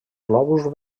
glòbuls